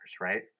right